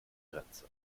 grenze